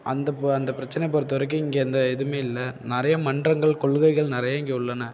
அந்த அந்த பிரச்சனையை பொருத்த வரைக்கும் இங்கே இந்த எதுவுமே இல்லை நிறையா மன்றங்கள் கொள்கைகள் நிறையா இங்கே உள்ளன